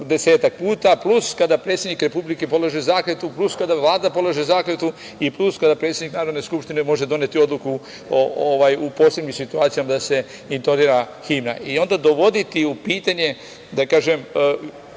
desetak puta, plus kada predsednik Republike polaže zakletvu, plus kada Vlada polaže zakletvu i plus kada predsednik Narodne skupštine može doneti odluku u posebnim situacijama da se intonira himna. Onda dovoditi u pitanje jedanput